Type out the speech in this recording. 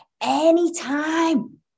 Anytime